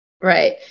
Right